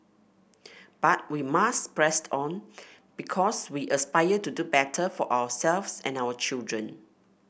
but we must press on because we aspire to do better for ourselves and our children